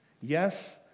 yes